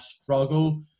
struggle